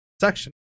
section